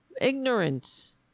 ignorance